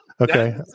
Okay